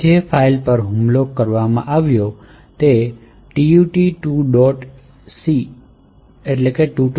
જે ફાઇલ પર હુમલો થયો હતો તે TUT2